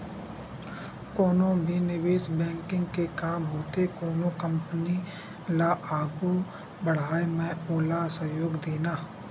कोनो भी निवेस बेंकिग के काम होथे कोनो कंपनी ल आघू बड़हाय म ओला सहयोग देना